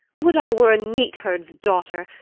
would i were a neat-herd's daughter,